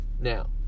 Now